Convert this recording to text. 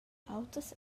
auters